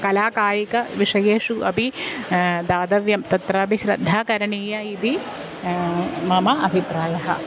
कला कायिकविषयेषु अपि दातव्यं तत्रापि श्रद्धा करणीया इति मम अभिप्रायः